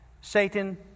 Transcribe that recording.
Satan